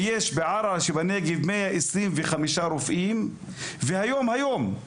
--- עסאם; ולמרות שהוא לא נמצא באולם הזה